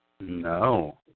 No